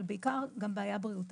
אבל בעיקר גם בעיה בריאותית,